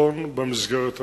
וביטחון במסגרת הראויה.